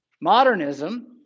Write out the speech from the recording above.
Modernism